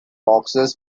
boxes